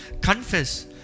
Confess